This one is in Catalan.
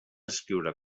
escriure